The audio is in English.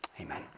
Amen